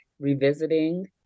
revisiting